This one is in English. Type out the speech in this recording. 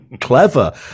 clever